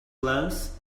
glance